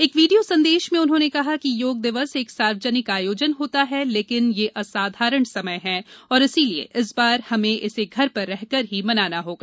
एक वीडियो संदेश में उन्होंने कहा कि योग दिवस एक सार्वजनिक आयोजन होता है लेकिन यह असाधारण समय है और इसलिए इस बार हमें इसे घर पर रहकर ही मनाना होगा